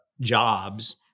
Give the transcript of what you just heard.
jobs